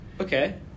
Okay